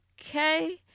Okay